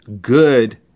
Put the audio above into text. good